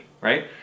right